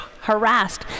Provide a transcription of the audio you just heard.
harassed